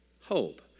Hope